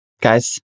guys